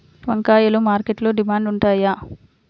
వంకాయలు మార్కెట్లో డిమాండ్ ఉంటాయా?